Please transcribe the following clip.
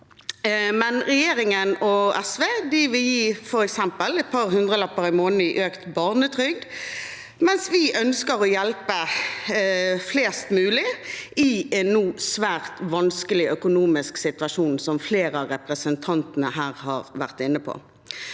Regjeringen og SV vil f.eks. gi et par hundrelapper i måneden i økt barnetrygd, mens vi ønsker å hjelpe flest mulig i en nå svært vanskelig økonomisk situasjon, som flere av representantene her har vært inne på.